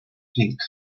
pink